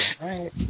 right